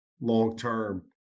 long-term